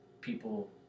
people